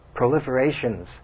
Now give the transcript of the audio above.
proliferations